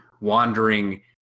wandering